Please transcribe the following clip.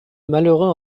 malheureux